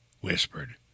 whispered